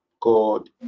God